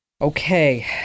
Okay